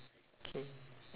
K